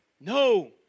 No